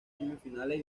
semifinales